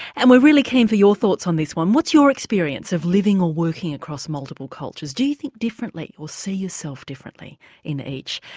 and we're really keen for your thoughts on this one what's your experience of living or working across multiple cultures? do you think differently, or see yourself differently in each?